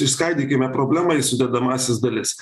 išskaidykime problemą į sudedamąsias dalis